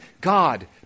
God